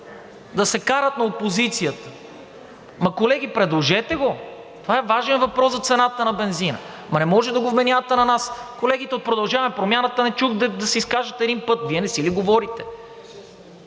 да се карат на опозицията. Ама, колеги, предложете го. Това е важен въпрос за цената на бензина, ама не може да го вменявате на нас. Колегите от „Продължаваме Промяната“ не чух да се изкажат един път. Вие не си ли говорите?